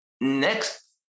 Next